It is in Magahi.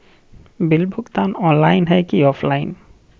बिल भुगतान ऑनलाइन है की ऑफलाइन?